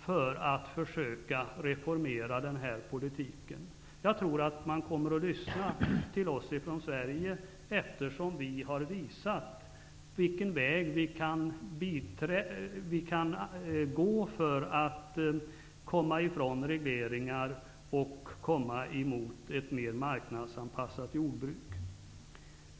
för att försöka reformera EG:s jordbrukspolitik. Jag tror att man kommer att lyssna till oss från Sverige, eftersom vi har visat vilken väg man kan gå för att komma ifrån regleringar mot ett mer marknadsanpassat jordbruk.